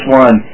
one